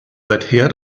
seither